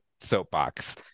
soapbox